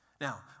Now